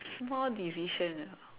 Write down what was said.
small decision ah